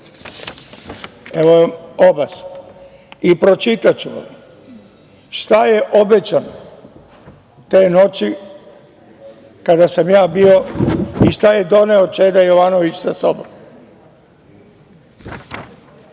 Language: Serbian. Oba su tu i pročitaću vam šta je obećano te noći kada sam ja bio i šta je doneo Čeda Jovanović sa